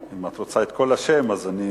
אם את רוצה את כל השם, בוודאי.